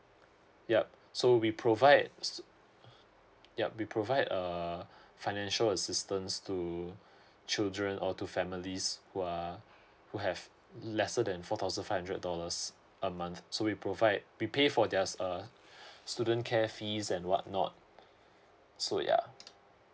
yup so we provide yup we provide err financial assistance to children or to families who are who have lesser than four thousand five hundred dollars a month so we provide we pay for their student care fees and what not so yeah